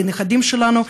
לנכדים שלנו.